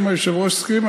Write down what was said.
אם היושב-ראש יסכים,